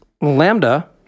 Lambda